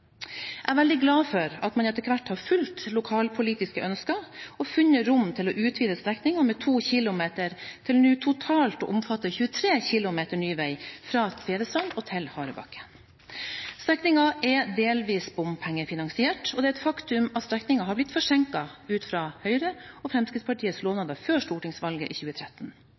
Jeg er veldig glad for at man etter hvert har fulgt lokalpolitiske ønsker og funnet rom til å utvide strekningen med 2 km, til nå totalt å omfatte 23 km ny vei fra Tvedestrand til Harebakken. Strekningen er delvis bompengefinansiert, og det er et faktum at strekningen har blitt forsinket ut i fra Høyre og Fremskrittspartiets lovnader før stortingsvalget i 2013.